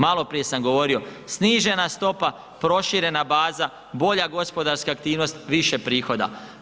Malo prije sam govorio snižena stopa proširena baza, bolja gospodarska aktivnost, više prihoda.